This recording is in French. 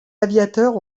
aviateurs